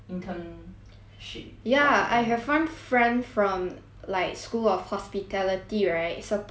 ya I have one friend from like school of hospitality right supposedly they should work at